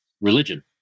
religion